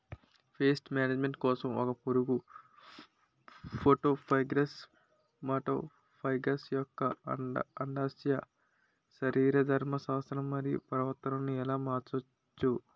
Paste management కోసం ఒక పురుగు ఫైటోఫాగస్హె మటోఫాగస్ యెక్క అండాశయ శరీరధర్మ శాస్త్రం మరియు ప్రవర్తనను ఎలా మార్చచ్చు?